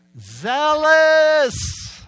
Zealous